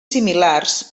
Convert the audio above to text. similars